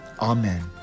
amen